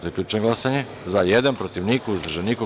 Zaključujem glasanje: za – jedan, protiv – niko, uzdržanih – nema.